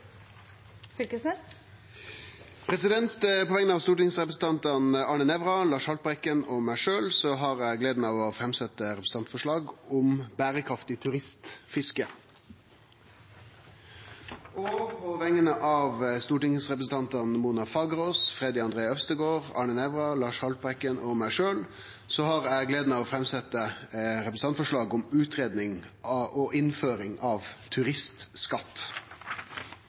representantforslag. På vegner av stortingsrepresentantane Arne Nævra, Lars Haltbrekken og meg sjølv har eg gleda av å framsetje eit representantforslag om berekraftig turistfiske, og på vegner av stortingsrepresentantane Mona Fagerås, Freddy André Øvstegård, Arne Nævra, Lars Haltbrekken og meg sjølv har eg gleda av å framsetje eit representantforslag om utgreiing og innføring av turistskatt.